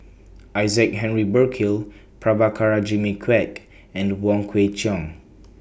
Isaac Henry Burkill Prabhakara Jimmy Quek and Wong Kwei Cheong